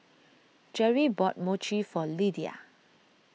Jerry bought Mochi for Lidia